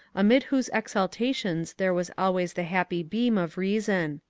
amid whose exaltations there was al ways the happy beam of reason.